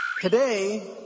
Today